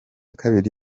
kabiri